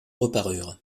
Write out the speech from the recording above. reparurent